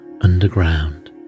underground